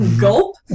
gulp